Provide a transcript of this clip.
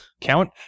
count